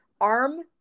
arm